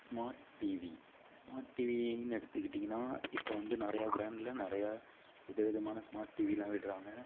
smart TV smart டிவின்னு எடுத்துகிட்டீங்கன்னா இப்போ வந்து நிறைய பிராண்டில் நிறைய வித விதமான ஸ்மார்ட் டிவிலாம் விடுகிறாங்க